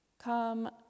come